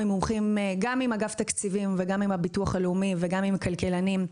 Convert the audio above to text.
עם אגף תקציבים, הביטוח הלאומי והכלכלנים,